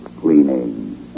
cleaning